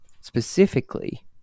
specifically